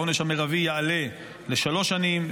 העונש המרבי יעלה לשלוש שנים,